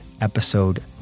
Episode